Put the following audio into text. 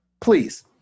please